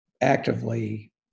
actively